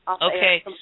Okay